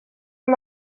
amb